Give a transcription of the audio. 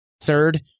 Third